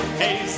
hey